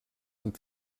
amb